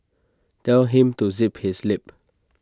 tell him to zip his lip